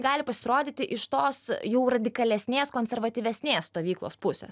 gali pasirodyti iš tos jau radikalesnės konservatyvesnės stovyklos pusės